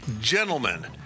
gentlemen